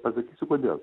pasakysiu kodėl